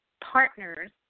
partners